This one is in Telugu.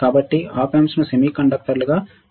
కాబట్టి ఆప్ ఆంప్స్ను సెమీకండక్టర్గా పరిగణిస్తారు